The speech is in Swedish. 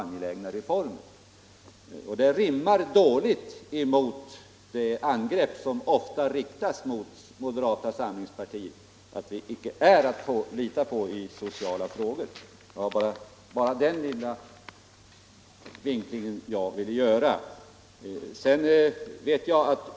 Det rimmar dåligt med de angrepp som ofta riktats mot moderata samlingspartiet för att det inte skulle vara att lita på i sociala frågor. Jag ville göra den lilla vinklingen.